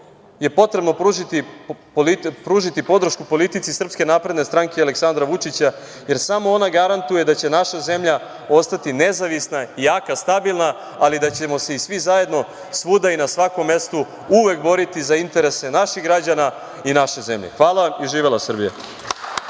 je potrebno pružiti podršku politici SNS i Aleksandra Vučića, jer samo ona garantuje da će naša zemlja ostati nezavisna, jaka i stabilna, ali i da ćemo se i svi zajedno svuda i na svakom mestu uvek boriti za interese naših građana i naše zemlje. Hvala. Živela Srbija!